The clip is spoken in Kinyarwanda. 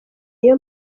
niyo